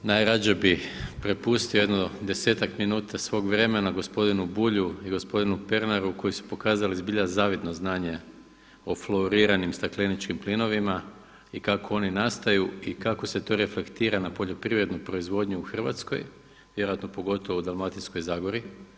Najradije bih prepustio jedno 10-ak minuta svog vremena gospodinu Bulju i gospodinu Pernaru koji su pokazali zbilja zavidno zvanje o flouriranim stakleničkim plinovima i kako oni nastaju i kako se to reflektira na poljoprivrednu proizvodnju u Hrvatskoj, vjerojatno pogotovo u Dalmatinskoj zagori.